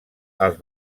els